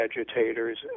agitators